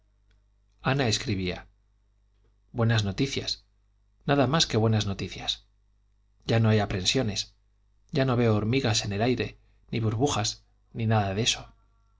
ana escribía buenas noticias nada más que buenas noticias ya no hay aprensiones ya no veo hormigas en el aire ni burbujas ni nada de eso